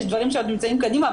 יש דברים שעוד נמצאים קדימה,